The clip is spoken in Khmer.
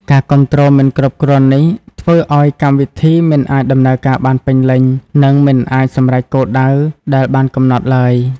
ការគាំទ្រមិនគ្រប់គ្រាន់នេះធ្វើឲ្យកម្មវិធីមិនអាចដំណើរការបានពេញលេញ និងមិនអាចសម្រេចគោលដៅដែលបានកំណត់ឡើយ។